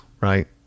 right